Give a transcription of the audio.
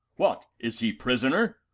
what, is he prisoner,